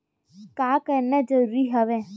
का करना जरूरी हवय?